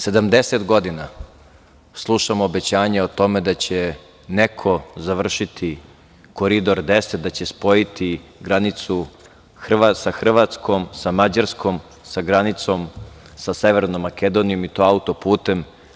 Sedamdeset godina slušamo obećanja o tome da će neko završiti Koridor 10, da će spojiti i granicu sa Hrvatskom, sa Mađarskom, sa granicom sa Severnom Makedonijom i to auto-putem.